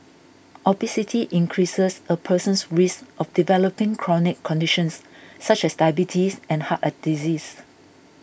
obesity increases a person's risk of developing chronic conditions such as diabetes and heart a disease